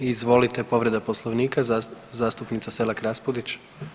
Izvolite povreda poslovnika zastupnica Selak Raspudić.